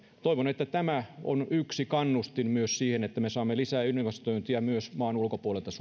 toivon että tämä on yksi kannustin myös siihen että me saamme lisää investointeja myös maan ulkopuolelta